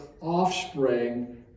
offspring